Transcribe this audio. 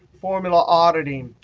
formula auditing,